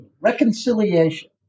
reconciliation